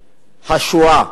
השואה.